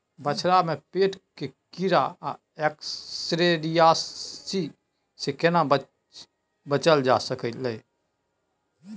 बछरा में पेट के कीरा आ एस्केरियासिस से केना बच ल जा सकलय है?